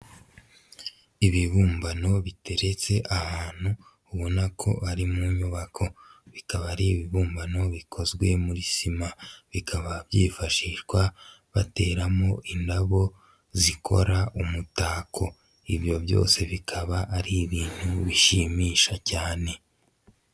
Ibibumbano biteretse ahantu, ubona ko ari mu nyubako, bikaba ari ibibumbano bikozwe muri sima, bikaba byifashishwa bateramo indabo zikora umutako. Ibyo byose bikaba ari ibintu bishimisha cyane.